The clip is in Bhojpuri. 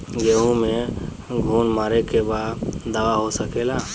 गेहूँ में घुन मारे के का दवा हो सकेला?